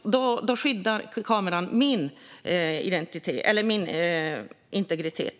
Då skyddar kameran min integritet.